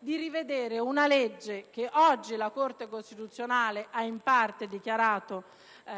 per rivedere una legge che oggi la Corte costituzionale ha in parte dichiarato